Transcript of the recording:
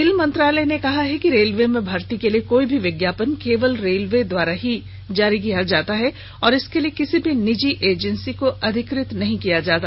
rail मंत्रालय ने कहा है कि रेलवे में भर्ती के लिए कोई भी विज्ञापन भारतीय रेलवे द्वारा ही दिया जाता है और इसके लिए किसी भी निजी एजेंसी को अधिकृत नहीं किया गया है